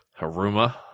Haruma